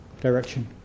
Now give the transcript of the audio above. direction